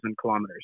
kilometers